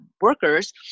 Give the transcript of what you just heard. workers